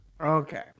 okay